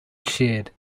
shared